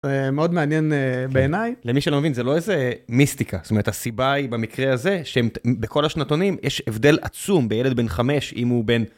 מאוד מעניין בעיניי. למי שלא מבין, זה לא איזה מיסטיקה, זאת אומרת, הסיבה היא במקרה הזה שבכל השנתונים יש הבדל עצום בילד בן חמש אם הוא בן...